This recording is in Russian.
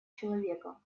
человека